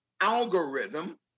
algorithm